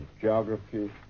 geography